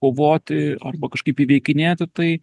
kovoti arba kažkaip įveikinėti tai